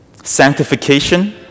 sanctification